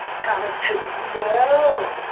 thomas said, no.